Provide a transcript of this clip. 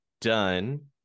done